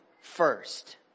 first